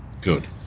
good